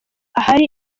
ahari